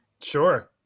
Sure